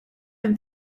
him